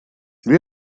where